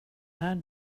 här